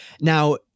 Now